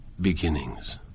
Beginnings